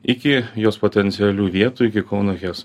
iki jos potencialių vietų iki kauno heso